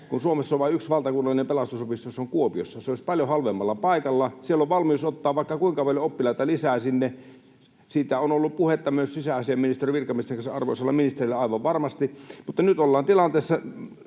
Suomessa on vain yksi valtakunnallinen pelastusopisto, ja se on Kuopiossa. Se olisi paljon halvemmalla paikalla, siellä on valmius ottaa vaikka kuinka paljon oppilaita lisää sinne. Siitä on arvoisalla ministerillä aivan varmasti ollut puhetta myös sisäasiainministeriön virkamiesten kanssa. Mutta nyt ollaan tilanteessa,